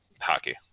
hockey